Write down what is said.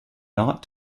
not